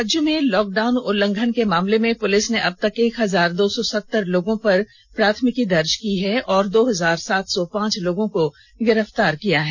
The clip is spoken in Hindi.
राज्य में लॉक डाउन उल्लंघन के मामले में पुलिस ने अब तक एक हजार दो सौ सत्तर लोगों पर प्राथमिकी दर्ज की है और दो हजार सात सौ पांच लोगों को गिरफ्तार किया है